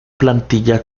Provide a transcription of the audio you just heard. plantilla